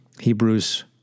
Hebrews